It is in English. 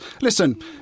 Listen